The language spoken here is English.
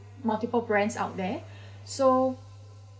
multiple brands out there so